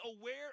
aware